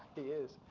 is.